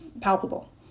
palpable